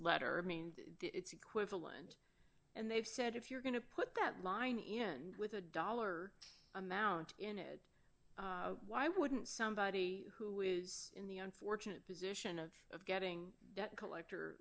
letter means it's equal and and they've said if you're going to put that line in with a dollar amount in it why wouldn't somebody who is in the unfortunate position of of getting debt collector